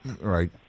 Right